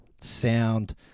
sound